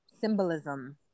symbolism